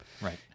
Right